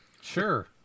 Sure